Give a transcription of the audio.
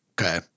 Okay